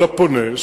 אבל הפונה,